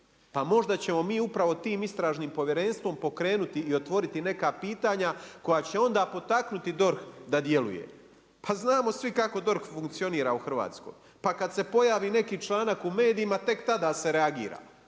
Pa možda ćemo mi upravo tim istražnim povjerenstvom pokrenuti i otvoriti neka pitanja, koja će onda potaknuti DORH da djeluje. Pa znamo svi kako DORH funkcionira u Hrvatskoj. Pa kad se pojavi neki članak u medijima, tek tada se reagira.